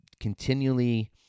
continually